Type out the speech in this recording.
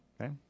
Okay